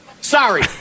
Sorry